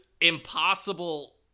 impossible